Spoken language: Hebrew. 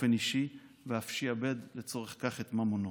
באופן אישי, ואף שעבד לצורך כך את ממונו.